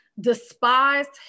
despised